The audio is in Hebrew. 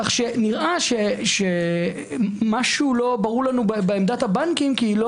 כך שנראה שמשהו לא ברור לנו בעמדת הבנקים כי היא לא